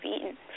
eaten